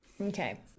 okay